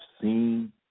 seen